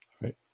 Right